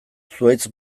zuhaitz